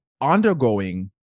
undergoing